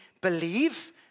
believe